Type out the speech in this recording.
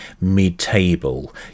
mid-table